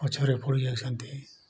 ପଛରେ ପଡ଼ି ଯାଉଛନ୍ତି